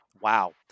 wow